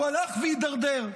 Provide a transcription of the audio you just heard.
הוא הלך והידרדר.